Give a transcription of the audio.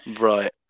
right